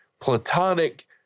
platonic